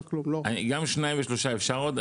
שניים ושלושה, אפשר?